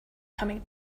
coming